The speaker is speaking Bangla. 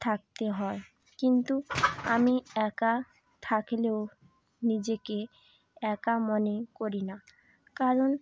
থাকতে হয় কিন্তু আমি একা থাকলেও নিজেকে একা মনে করি না কারণ